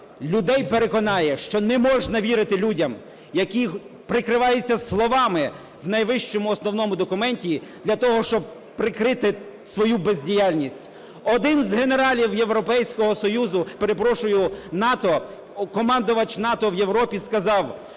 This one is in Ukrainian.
людей переконає, що не можна вірити людям, які прикриваються словами в найвищому, основному документі, для того щоб прикрити свою бездіяльність. Один з генералів Європейського Союзу, перепрошую, НАТО, командувач НАТО в Європі сказав: